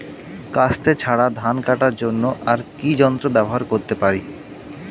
কাস্তে ছাড়া ধান কাটার জন্য আর কি যন্ত্র ব্যবহার করতে পারি?